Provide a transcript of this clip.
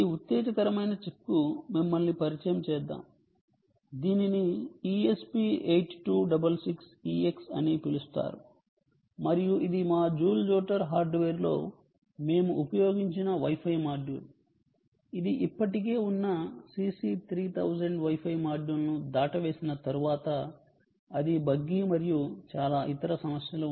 ఈ ఉత్తేజకరమైన చిప్కు మిమ్మల్ని పరిచయం చేద్దాం దీనిని ESP 8266 EX అని పిలుస్తారు మరియు ఇది మా జూల్ జోటర్ హార్డ్వేర్లో మేము ఉపయోగించిన వై ఫై మాడ్యూల్ ఇది ఇప్పటికే ఉన్న సిసి 3000 వై ఫై మాడ్యూల్ను దాటవేసిన తరువాత అది బగ్గీ మరియు చాలా ఇతర సమస్యలు ఉన్నాయి